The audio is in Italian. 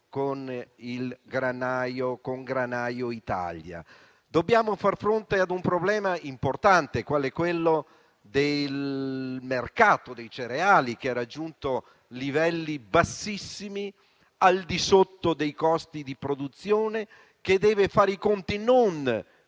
Granaio Italia. Dobbiamo far fronte ad un problema importante qual è quello del mercato dei cereali, che ha raggiunto livelli bassissimi, al di sotto dei costi di produzione, che deve fare i conti non